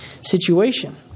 situation